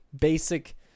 basic